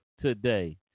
today